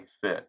fit